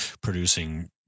producing